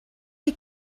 die